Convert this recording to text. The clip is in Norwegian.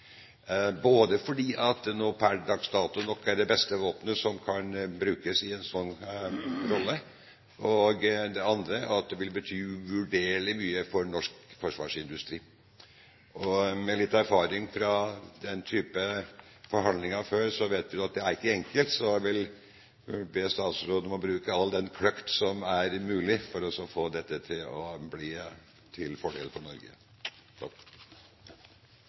både fordi det per dags dato nok er det beste våpenet som kan brukes i en sånn rolle, og fordi det vil bety uvurderlig mye for norsk forsvarsindustri. Med litt erfaring fra den type forhandlinger fra før vet vi at det ikke er enkelt, så jeg vil be statsråden om å bruke all den kløkt som er mulig for å få dette til å bli til fordel for Norge.